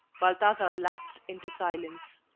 balthasar lapsed into silence.